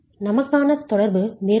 நமக்கான தொடர்பு மேற்பரப்பு